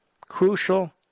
crucial